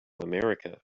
america